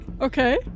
Okay